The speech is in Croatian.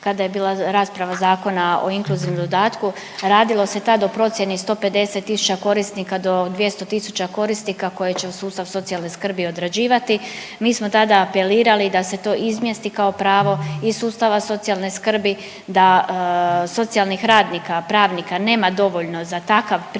kada je bila rasprava Zakona o inkluzivnom dodatku, radilo se tad o procjeni 150 tisuća korisnika do 200 tisuća korisnika koji će u sustavu socijalne skrbi odrađivati. Mi smo tada apelirali da se to izmjesti kao pravo iz sustava socijalne skrbi, da socijalnih radnika, pravnika nema dovoljno za takav priljev